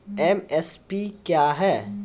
MSP क्या है?